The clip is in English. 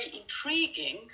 intriguing